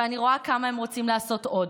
ואני רואה כמה הם רוצים לעשות עוד,